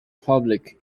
public